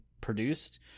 produced